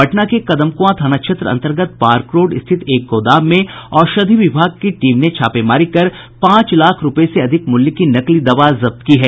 पटना के कदमकुआं थाना क्षेत्र अंतर्गत पार्क रोड स्थित एक गोदाम में औषधि विभाग ने छापेमारी कर पांच लाख रूपये से अधिक मूल्य की नकली दवा जब्त की है